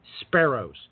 sparrows